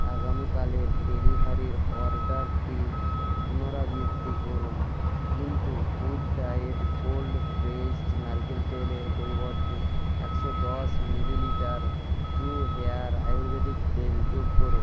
আগামীকালের ডেলিভারির অর্ডারটির পুনরাবৃত্তি করুন কিন্তু গুড ডায়েট কোল্ড প্রেসড নারকেল তেলের পরিবর্তে একশো দশ মিলিলিটার ট্রু হেয়ার আয়ুর্বেদিক তেল যোগ করুন